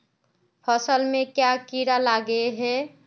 फसल में क्याँ कीड़ा लागे है?